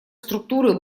структуры